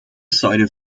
cited